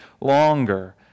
longer